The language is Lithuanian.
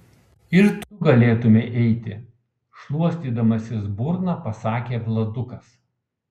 tėti ir tu galėtumei eiti šluostydamasis burną pasakė vladukas